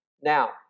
Now